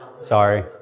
Sorry